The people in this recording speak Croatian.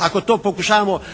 Ako to